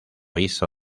hizo